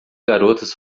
garotas